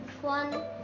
one